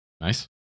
Nice